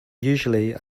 usually